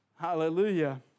Hallelujah